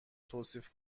توصیف